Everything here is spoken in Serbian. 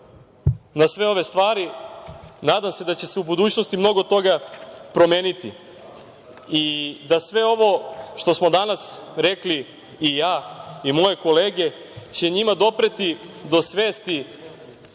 na sve ove stvari. Nadam se da će se u budućnosti mnogo toga promeniti, i da sve ovo što smo danas rekli i ja i moje kolege, će njima dopreti do svesti